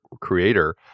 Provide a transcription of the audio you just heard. creator